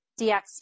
DX